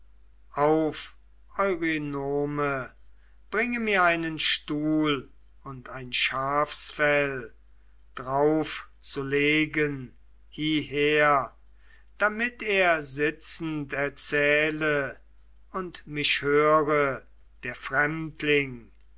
bringe mir einen stuhl und ein schafsfell drauf zu legen hieher damit er sitzend erzähle und mich höre der fremdling